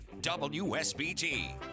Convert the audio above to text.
WSBT